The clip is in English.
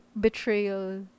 betrayal